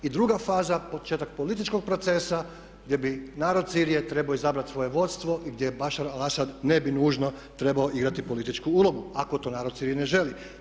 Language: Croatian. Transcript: I druga faza, početak političkog procesa gdje bi narod Sirije trebao izabrat svoje vodstvo i gdje … ne bi nužno trebao igrati političku ulogu ako to narod Sirije ne želi.